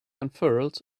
unfurled